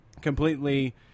completely